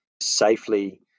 safely